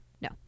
No